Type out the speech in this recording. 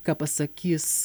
ką pasakys